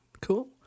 Cool